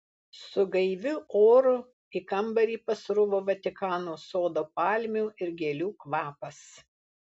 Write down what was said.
su gaiviu oru į kambarį pasruvo vatikano sodo palmių ir gėlių kvapas